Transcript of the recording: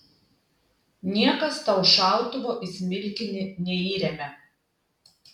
niekas tau šautuvo į smilkinį neįremia